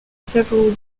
several